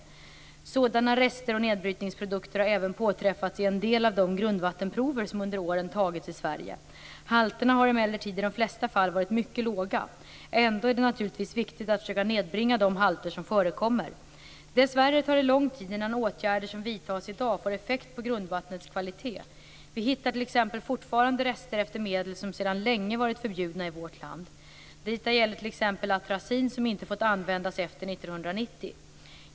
Sådana rester och nedbrytningsprodukter har även påträffats i en del av de grundvattenprover som under åren tagits i Sverige. Halterna har emellertid i de flesta fall varit mycket låga. Ändå är det naturligtvis viktigt att försöka nedbringa de halter som förekommer. Dessvärre tar det lång tid innan åtgärder som vidtas i dag får effekt på grundvattnets kvalitet. Vi hittar t.ex. fortfarande rester efter medel som sedan länge varit förbjudna i vårt land. Detta gäller t.ex. atrazin som inte fått användas efter 1990.